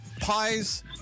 pies